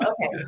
okay